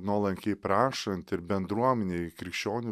nuolankiai prašant ir bendruomenėj krikščionių